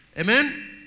Amen